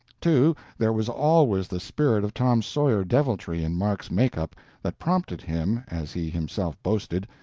too, there was always the spirit of tom sawyer deviltry in mark's make-up that prompted him, as he himself boasted,